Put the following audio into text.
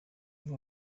uyu